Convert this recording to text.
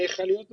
מכלית מים,